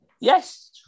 yes